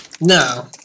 No